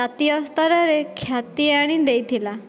ଜାତୀୟ ସ୍ତରରେ ଖ୍ୟାତି ଆଣି ଦେଇଥିଲା